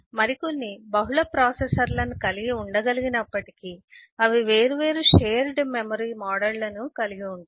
మరికొన్ని బహుళ ప్రాసెసర్లను కలిగి ఉండగలిగినప్పటికీ అవి వేర్వేరు షేర్డ్ మెమరీ మోడళ్లను కలిగి ఉంటాయి